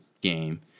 game